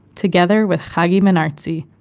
together with hagi ben-artzi,